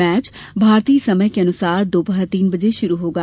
match भारतीय समयानुसार दोपहर तीन बजे शुरू होगा